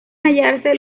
hallarse